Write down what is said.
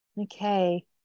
okay